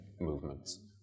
movements